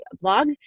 blog